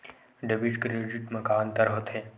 Debit credit मा का अंतर होत हे?